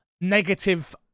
negative